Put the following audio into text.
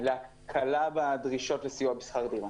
להקלה בדרישות לסיוע בשכר דירה.